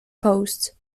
posts